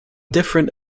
different